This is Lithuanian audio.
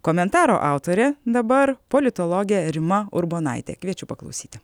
komentaro autorė dabar politologė rima urbonaitė kviečiu paklausyti